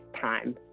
time